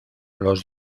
los